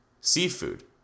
seafood